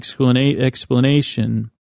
explanation